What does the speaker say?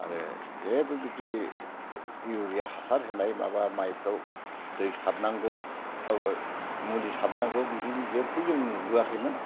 आरो जेबो बिदि इउरिया हासार होनाय माबा माइफ्राव दै सारनांगौ अबावबा मुलि सारनांगौ बिदिबो जेब्बे जों नुबोयाखैमोन